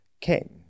king